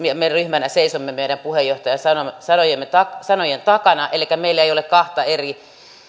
me ryhmänä seisomme meidän puheenjohtajamme sanojen takana elikkä meillä ei ole kahta eri